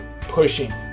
pushing